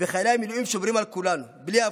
וחיילי המילואים שומרים על כולנו, בלי הבחנה.